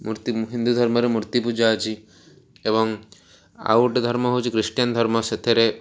ମୂର୍ତ୍ତି ହିନ୍ଦୁ ଧର୍ମରେ ମୂର୍ତ୍ତି ପୂଜା ଅଛି ଏବଂ ଆଉ ଗୋଟେ ଧର୍ମ ହଉଛି ଖ୍ରୀଷ୍ଟିୟାନ୍ ଧର୍ମ ସେଥିରେ